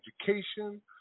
education